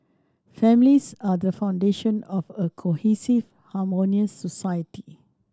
families are the foundation of a cohesive harmonious society